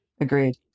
Agreed